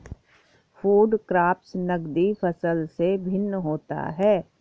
food crops नगदी फसल से भिन्न होता है